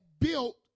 built